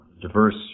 diverse